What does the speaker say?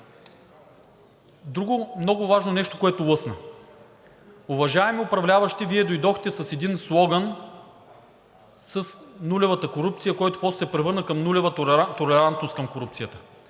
Друго много важно нещо, което лъсна. Уважаеми управляващи, Вие дойдохте с един слоган с нулевата корупция, който после се превърна в нулева толерантност към корупцията.